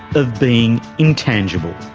of being intangible.